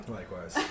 Likewise